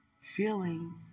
feeling